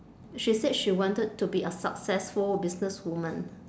she said she wanted to be a successful business woman